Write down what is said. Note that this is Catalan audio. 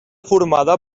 formada